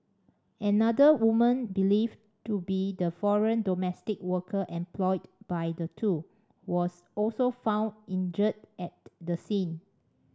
another woman believed to be the foreign domestic worker employed by the two was also found injured at the scene